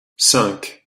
cinq